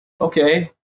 okay